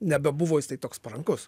nebebuvo jisai toks parankus